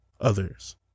others